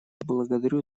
благодарю